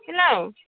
hello